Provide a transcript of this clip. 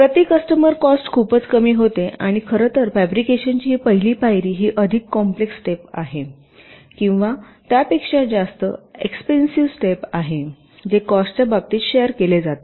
तर प्रति customer cost खूपच कमी होते आणि खरं तर फॅब्रिकेशनची ही पहिली पायरी ही अधिक कॉम्प्लेक्स स्टेप आहे किंवा त्यापेक्षा जास्त एक्स्पेन्सिव्ह स्टेप आहे जे कॉस्ट च्या बाबतीत शेअर केले जाते